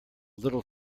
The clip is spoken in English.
little